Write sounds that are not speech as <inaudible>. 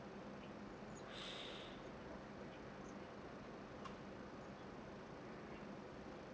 <noise>